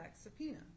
subpoena